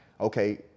okay